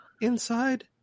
inside